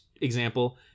example